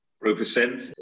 represent